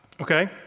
okay